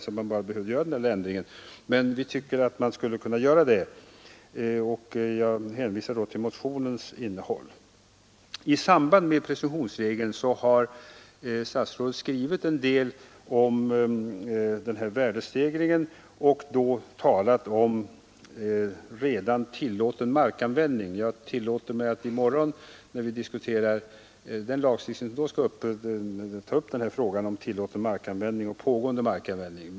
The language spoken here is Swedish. Vi tycker att man borde kunna göra denna lilla förändring, och jag hänvisar till motionens innehåll I samband med presumtionsregeln har statsrådet skrivit en del om värdestegringen och talat en del om redan tillåten markanvändning. I det ärende som vi skall diskutera i morgon förekommer ett uttryck som kallas pågående markanvändning.